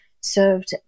served